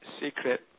secret